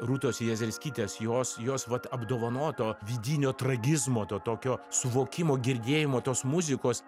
rūtos jezerskytės jos jos vat apdovanoto vidinio tragizmo to tokio suvokimo girdėjimo tos muzikos